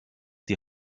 die